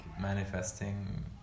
manifesting